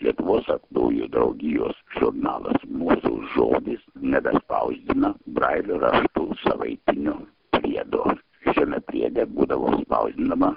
lietuvos aklųjų draugijos žurnalas mūsų žodis nebespausdina brailio raštu savaitinio priedo tame priede būdavo spausdinama